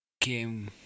came